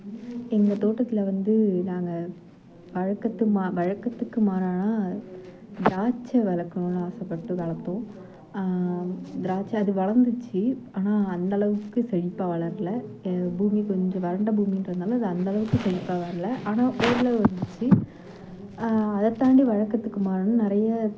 எங்கள் தோட்டத்தில் வந்து நாங்கள் வழக்கத்துக்கு மா வழக்கத்துக்கு மாறான திராட்சை வளர்க்கணும்னு ஆசைப்பட்டு வளர்த்தோம் திராட்சை அது வளர்ந்துச்சி ஆனால் அந்த அளவுக்கு செழிப்பாக வளரலை எது பூமிக்குக் கொஞ்சம் வறண்ட பூமின்றனால் அந்த அளவுக்கு செழிப்பாக வளரலை ஆனால் ஓரளவு வந்துச்சு அதை தாண்டி வழக்கத்துக்கு மாறான நிறைய